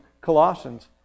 Colossians